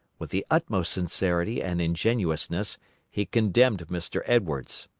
with the utmost sincerity and ingenuousness he condemned mr. edwards.